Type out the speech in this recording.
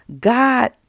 God